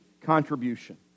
contribution